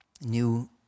new